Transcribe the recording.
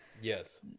Yes